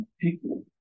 people